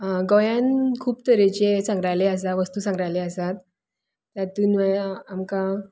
गोंयान खूब तरेचे संग्रहालय आसात वस्तू संग्रहालय आसात तातूंत आमकां